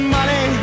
Money